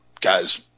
Guys